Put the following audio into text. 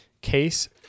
case